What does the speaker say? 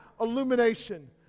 illumination